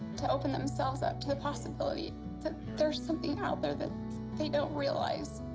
to open themselves up to the possibility that there's something out there that they don't realize.